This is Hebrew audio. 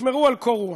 תשמרו על קור רוח.